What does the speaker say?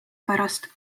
pärast